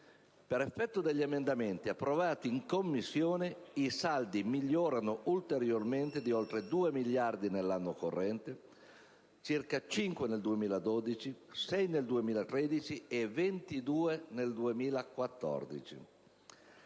Per effetto degli emendamenti approvati in Commissione, i saldi migliorano ulteriormente di oltre 2 miliardi nell'anno corrente, circa 5 nel 2012, 6 nel 2013 e 22 nel 2014.